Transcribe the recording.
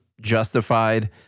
justified